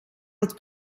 dat